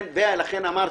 ולכן אמרתי,